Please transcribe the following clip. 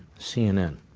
cnn,